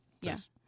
Yes